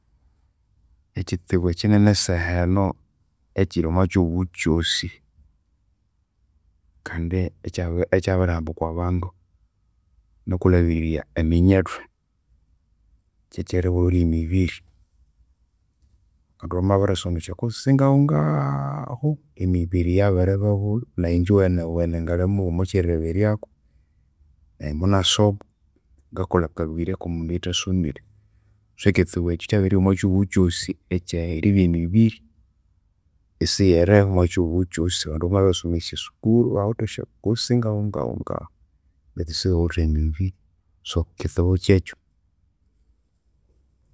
Ekyitsibu ekyinene esaha enu ekyiri omwakyihugho kyosi kandi ekya ekyabirihamba okwabandu nakulhabirirya eminyethu, kyekyeribulha emibiri. Abandu bamabirisoma esya course singahu ngahu, emibiri yabiribabulha. Nayi injuwenewene ngalimughuma ekyakirireberyaku, nayi munasoma. Ngakolha akabiri akomundu oyuthasomire. So, ekyitsibu ekyu kyabiribya omwakyihugho kyoosi ekyeribya emibiri, isiyirihu omwakyihugho kyosi. Abandu bamabiyasoma esyasukuru, bawithe esya course singahungahungahu betu sibawithe emibiri. So, ekyitsibu kyekyu.